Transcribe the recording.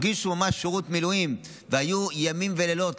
הרגישו ממש שירות מילואים והיו ימים ולילות,